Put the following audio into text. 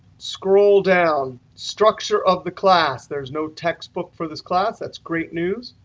scroll down structure of the class. there's no textbook for this class. that's great news.